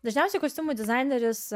dažniausiai kostiumų dizaineris